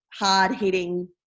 hard-hitting